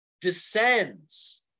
descends